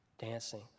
dancing